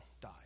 die